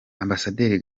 ambasaderi